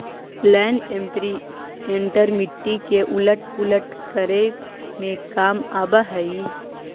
land imprinter मिट्टी के उलट पुलट करे में काम आवऽ हई